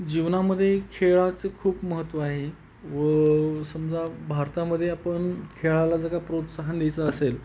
जीवनामध्ये खेळाचं खूप महत्त्व आहे व समजा भारतामध्ये आपण खेळाला जर का प्रोत्साहन द्यायचं असेल